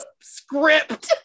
Script